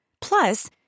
Plus